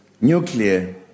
nuclear